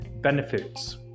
benefits